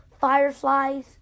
Fireflies